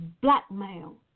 blackmail